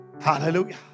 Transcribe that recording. Hallelujah